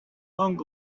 long